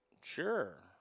Sure